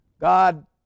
God